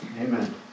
Amen